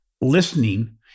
listening